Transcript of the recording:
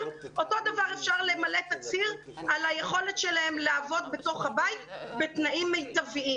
אפשר למלא תצהיר על היכולת שלהם לעבוד בתוך הבית בתנאים מיטביים.